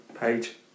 page